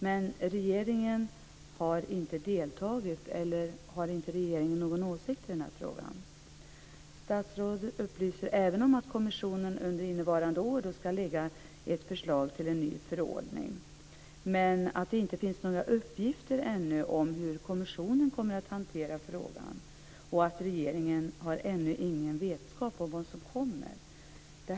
Men regeringen har inte deltagit. Eller har regeringen inte någon åsikt i den här frågan? Statsrådet upplyser även om att kommissionen under innevarande år skall lägga fram ett förslag om en ny förordning men att det ännu inte finns några uppgifter om hur kommissionen kommer att hantera frågan. Regeringen har ännu ingen vetskap om vad som kommer.